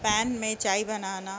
pain میں چائے بنانا